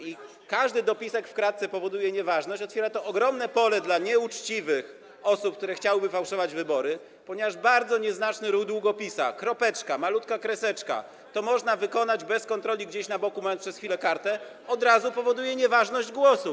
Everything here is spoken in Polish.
i każdy dopisek w kratce powoduje nieważność, otwiera to ogromne pole dla nieuczciwych osób, które chciałyby fałszować wybory, ponieważ bardzo nieznaczny ruch długopisu - kropeczka, malutka kreseczka, to można wykonać bez kontroli gdzieś na boku, mając przez chwilę kartę - od razu powoduje nieważność głosu.